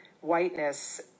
whiteness